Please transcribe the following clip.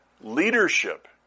leadership